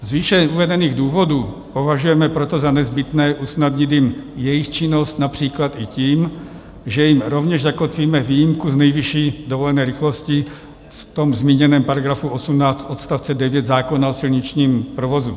Z výše uvedených důvodů považujeme proto za nezbytné usnadnit jim jejich činnost například i tím, že jim rovněž zakotvíme výjimku z nejvyšší dovolené rychlosti v tom zmíněném § 18 odst. 9 zákona o silničním provozu.